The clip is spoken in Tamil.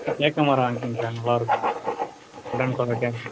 சார் தேக்கு மரம் வாய்ங்கோங்க சார் நல்லாயிருக்கும் உட்டன் குவாலிட்டியாக